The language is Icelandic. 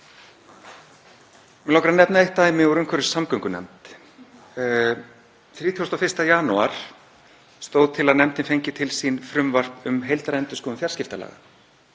Mig langar að nefna eitt dæmi úr umhverfis- og samgöngunefnd. Þann 31. janúar stóð til að nefndin fengi til sín frumvarp um heildarendurskoðun fjarskiptalaga